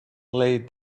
lay